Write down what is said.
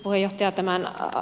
arvoisa puheenjohtaja